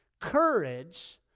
Courage